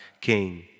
King